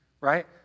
right